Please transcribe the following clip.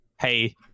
hey